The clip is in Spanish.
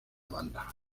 banda